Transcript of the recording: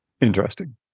Interesting